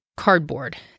cardboard